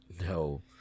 No